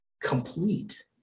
complete